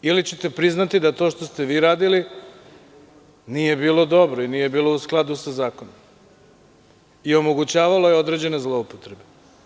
Ili ćete priznati da to što ste vi radili nije bilo dobro i nije bilo u skladu sa zakonom i da je omogućavalo određene zloupotrebe.